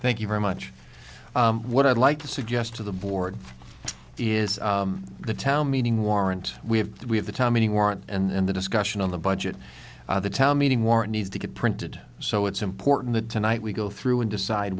thank you very much what i'd like to suggest to the board is the town meeting warrant we have that we have the tommy warren and the discussion on the budget the town meeting more needs to get printed so it's important that tonight we go through and decide